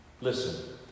Listen